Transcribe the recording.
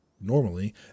normally